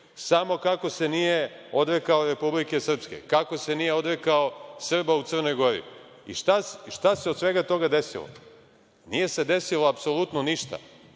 samo kako se nije odrekao Republike Srpske, kako se nije odrekao Srba u Crnoj Gori. I šta se od svega toga desilo? Nije se desilo apsolutno ništa.